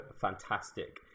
fantastic